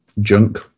junk